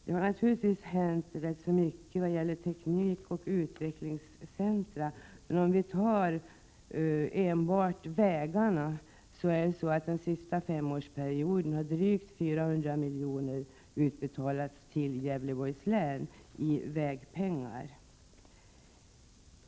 Det har naturligtvis hänt mycket vad gäller teknikoch utvecklingscentra, men om vi tar enbart vägarna har under den senaste femårsperioden drygt 400 milj.kr. utbetalats till Gävleborgs län i vägpengar.